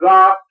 God